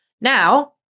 now